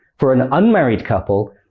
for an unmarried couple,